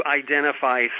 identify